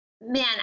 man